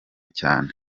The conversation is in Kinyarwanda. cyane